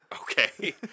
Okay